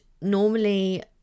normally